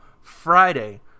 Friday